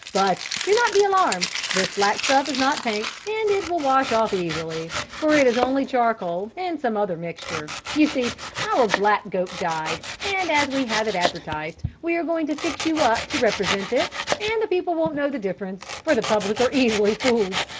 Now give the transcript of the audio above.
but do not be alarmed, this black stuff is not paint and it will wash off easily, for it is only charcoal and some other mixture. you see our black goat died and as we have it advertised, we are going to fix you up to represent it and the people won't know the difference for the public are easily fooled.